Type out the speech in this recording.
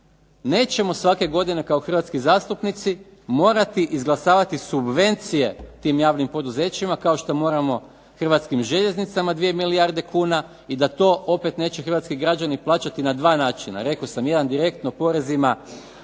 nećemo svake godine kao hrvatski zastupnici morati izglasavati subvencije tim javnim poduzećima kao što moramo Hrvatskim željeznicama 2 milijarde kuna i da to opet neće hrvatski građani plaćati na 2 načina. Rekao sam jedan direktno porezima